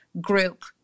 group